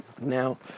now